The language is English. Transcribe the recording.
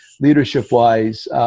leadership-wise